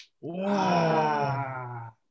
Wow